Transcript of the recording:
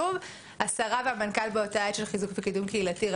השרה והמנכ"ל של המשרד לחיזוק ולקידום קהילתי באותה